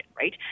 right